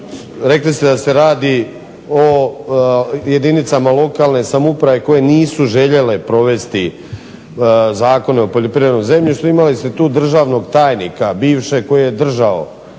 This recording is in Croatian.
rekli ste da se radi o jedinicama lokalne samouprave koje nisu željele provesti Zakon o poljoprivrednom zemljištu. Imali ste tu državnog tajnika bivšeg koji je držao